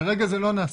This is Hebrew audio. כרגע זה לא נעשה,